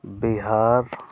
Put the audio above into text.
Bihar